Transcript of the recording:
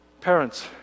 Parents